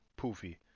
poofy